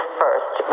first